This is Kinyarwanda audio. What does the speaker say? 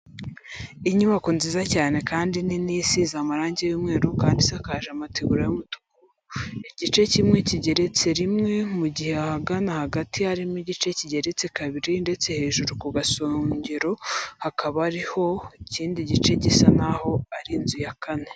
Inyubako nziza cyane kandi nini isize amarange y'umweru kandi isakaje amategura y'umutuku, igice kimwe kigeretse rimwe mu giha ahagana hagati harimo igice kigeretse kabiri ndetse hejuru ku gasongro hakabaho ikindi gice gisa naho ari inzu ya kane.